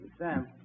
Sam